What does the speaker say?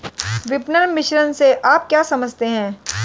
विपणन मिश्रण से आप क्या समझते हैं?